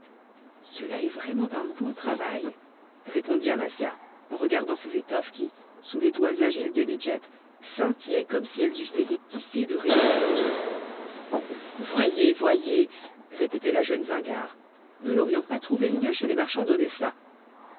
cela est vraiment d'un beau travail répondit amasia en regardant ces étoffes qui sous les doigts agiles de nedjeb scintillaient comme si elles eussent été tissues de rayons lumineux voyez voyez répétait la jeune zingare nous n'aurions pas trouvé mieux chez les marchands d'odessa